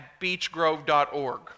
beachgrove.org